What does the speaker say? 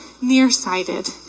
nearsighted